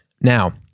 Now